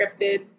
scripted